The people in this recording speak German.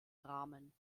rahmen